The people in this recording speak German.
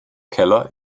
keller